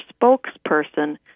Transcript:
spokesperson